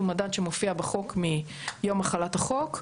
הוא מדד שמופיע בחוק מיום החלת החוק,